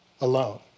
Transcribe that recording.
alone